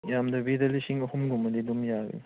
ꯌꯥꯝꯗꯕꯤꯗ ꯂꯤꯁꯤꯡ ꯑꯍꯨꯝꯒꯨꯝꯕꯗꯤ ꯑꯗꯨꯝ ꯌꯥꯔꯦ